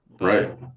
right